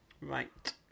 Right